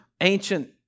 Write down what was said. ancient